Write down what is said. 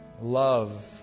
love